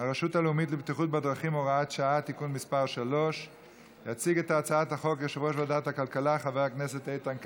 הרשות הלאומית לבטיחות בדרכים (הוראת שעה) (תיקון מס' 3). יציג את הצעת החוק יושב-ראש ועדת הכלכלה חבר הכנסת איתן כבל.